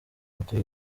mutuye